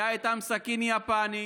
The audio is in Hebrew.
הייתה לנם סכין יפנית,